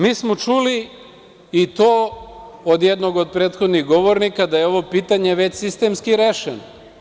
Mi smo čuli, i to od jednog od prethodnih govornika, da je ovo pitanje već sistemski rešeno.